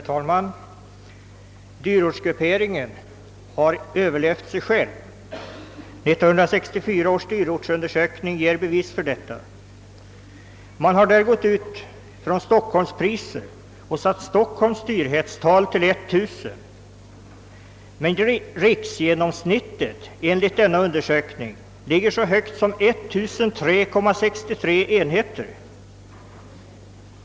Herr talman! Dyrortsgrupperingen har överlevt sig själv. 1964 års dyrortsundersökning ger bevis för detta. Man har där utgått från stockholmspriser och satt Stockholms dyrhetstal till 1000, medan riksgenomsnittet enligt denna undersökning ligger så högt som vid 1 003,63 enheter.